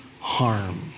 harm